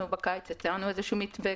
בקיץ הצענו איזשהו מתווה.